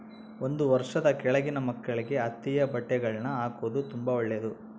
ಒಂದು ವರ್ಷದ ಕೆಳಗಿನ ಮಕ್ಕಳಿಗೆ ಹತ್ತಿಯ ಬಟ್ಟೆಗಳ್ನ ಹಾಕೊದು ತುಂಬಾ ಒಳ್ಳೆದು